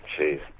Jeez